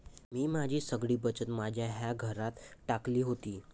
मी माझी सगळी बचत माझ्या या घरात टाकली होती